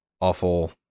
awful